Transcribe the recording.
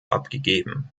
abgegeben